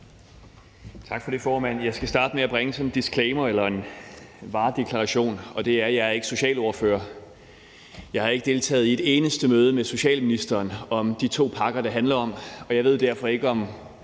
Tak for det, formand. Jeg skal starte med at bringe sådan en disclaimer eller varedeklaration, og det er, at jeg ikke er socialordfører. Jeg har ikke deltaget i et eneste møde med socialministeren om de to pakker, det handler om, og jeg ved derfor ikke, om